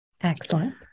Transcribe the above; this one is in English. Excellent